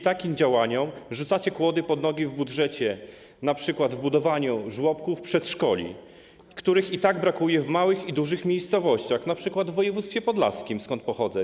Takimi działaniami rzucacie kłody pod nogi, jeśli chodzi o budżet, np. budowanie żłobków, przedszkoli, których i tak brakuje w małych i dużych miejscowościach, np. w województwie podlaskim, skąd pochodzę.